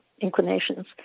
inclinations